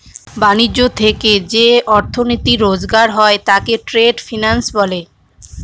ব্যাণিজ্য থেকে যে অর্থনীতি রোজগার হয় তাকে ট্রেড ফিন্যান্স বলে